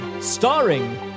Starring